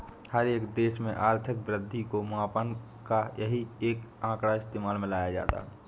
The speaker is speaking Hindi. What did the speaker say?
हर एक देश में आर्थिक वृद्धि को मापने का यही एक आंकड़ा इस्तेमाल में लाया जाता है